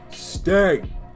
Stay